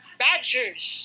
badgers